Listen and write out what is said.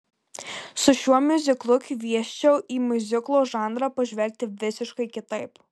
su šiuo miuziklu kviesčiau į miuziklo žanrą pažvelgti visiškai kitaip